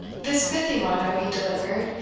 this pithy motto he delivered,